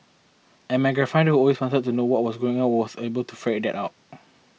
and my grandfather who always wanted to know what was going on was able to ferret that out